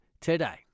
today